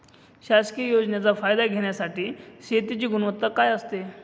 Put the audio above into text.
शासकीय योजनेचा फायदा घेण्यासाठी शेतीची गुणवत्ता काय असते?